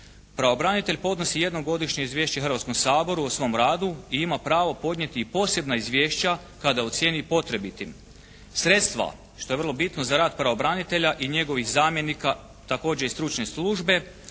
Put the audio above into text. Pravobranitelj podnosi jednom godišnje izvješće Hrvatskom saboru o svom radu i ima pravo podnijeti i posebna izvješća kada ocijeni potrebitim. Sredstva, što je vrlo bitno, za rad pravobranitelja i njegovih zamjenika, također i stručne službe